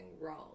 wrong